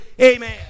amen